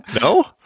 No